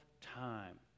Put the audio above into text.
time